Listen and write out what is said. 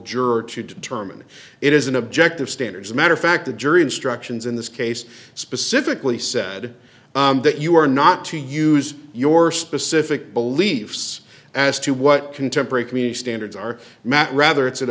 juror to determine it is an objective standards a matter of fact the jury instructions in this case specifically said that you are not to use your specific beliefs as to what contemporary community standards are met rather it's an